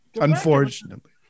Unfortunately